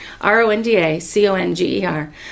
R-O-N-D-A-C-O-N-G-E-R